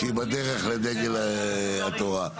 שהיא בדרך לדגל התורה,